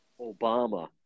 Obama